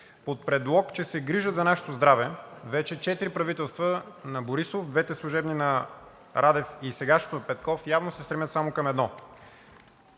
Под предлог, че се грижат за нашето здраве, вече четири правителства на Борисов, двете служебни на Радев и сегашното на Петков явно се стремят само към едно: